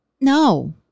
no